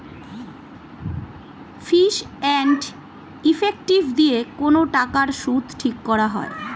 fees and effective দিয়ে কোন টাকার সুদ ঠিক করা হয়